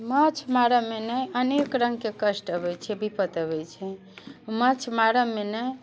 माछ मारऽ मे ने अनेक रङ्गके कष्ट अबैत छै विपति अबैत छै माछ मारऽ मे ने